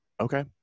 okay